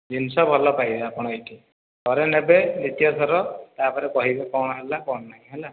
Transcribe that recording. ଜିନିଷ ଭଲ ପାଇବେ ଆପଣ ଏଠି ଥରେ ନେବେ ଦ୍ୱିତୀୟ ଥର ତାପରେ କହିବେ କଣ ହେଲା କଣ ନାହିଁ ହେଲା